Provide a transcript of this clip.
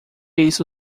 isso